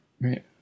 Right